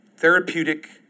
Therapeutic